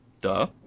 duh